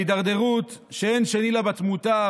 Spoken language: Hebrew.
ההידרדרות שאין שני לה בתמותה,